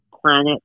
planet